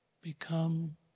become